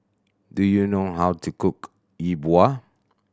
do you know how to cook Yi Bua